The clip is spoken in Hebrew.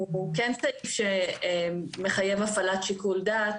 הוא כן סעיף שמחייב הפעלת שיקול דעת.